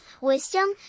wisdom